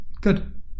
good